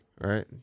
right